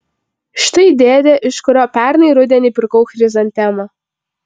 štai dėdė iš kurio pernai rudenį pirkau chrizantemą